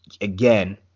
again